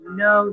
no